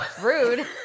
Rude